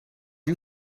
you